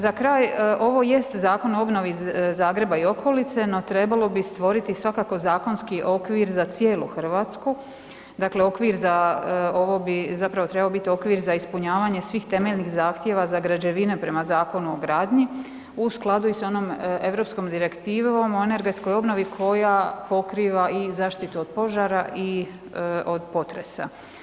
Za kraj, ovo jest zakon o obnovi Zagreba i okolice, no trebalo bi stvoriti svakako zakonski okvir za cijelu Hrvatsku, dakle okvir za ovo bi, zapravo trebao biti okvir za ispunjavanje svih temeljnih zahtjeva za građevine prema Zakonu o gradnji u skladu i s onom EU direktivom o energetskoj obnovi koja pokriva i zaštitu od požara i potresa.